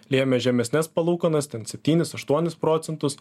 lėmė žemesnes palūkanas ten septynis aštuonis procentus